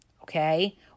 Okay